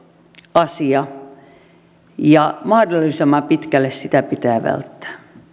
asia ja mahdollisimman pitkälle sitä pitää välttää